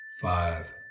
five